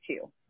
two